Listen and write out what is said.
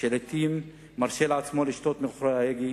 כשלעתים הוא מרשה לעצמו לשתות מאחורי ההגה